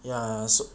ya so